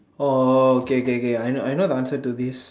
oh okay okay okay I know I know the answer to this